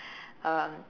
um